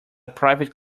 private